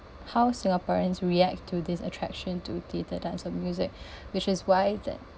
how singaporeans react to this attraction to theatre dance or music which is why that